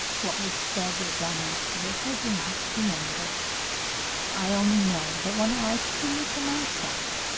what was said or done after this i do not remember i only know that when i came to myself,